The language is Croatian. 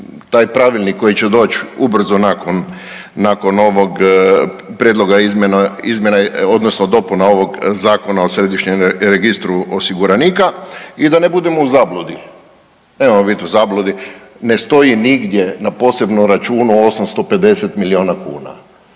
taj pravilnik koji će doći ubrzo nakon, nakon ovog prijedloga izmjena odnosno dopuna ovog Zakona o središnjem registru osiguranika i da ne budemo u zabludi, nemojmo biti u zabludi ne stoji nigdje na posebnom računu 850 milijuna kuna.